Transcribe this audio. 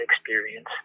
experience